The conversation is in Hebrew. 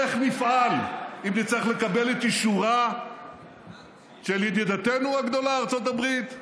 איך נפעל אם נצטרך לקבל את אישורה של ידידתנו הגדולה ארצות הברית?